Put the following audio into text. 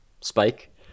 spike